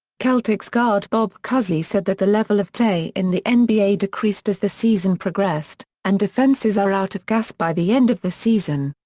celtics guard bob cousy said that the level of play in the nba decreased as the season progressed, and defenses are out of gas by the end of the season.